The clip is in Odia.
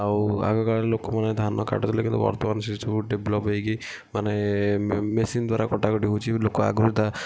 ଆଉ ଆଗ କାଳର ଲୋକମାନେ ଧାନ କାଟୁଥିଲେ କିନ୍ତୁ ବର୍ତ୍ତମାନ ସେସବୁ ଡେଭଲପ୍ ହୋଇକି ମାନେ ମେସିନ୍ ଦ୍ଵାରା କଟାକଟି ହେଉଛି ଲୋକ ଆଗରୁ ତା